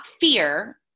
fear